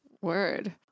Word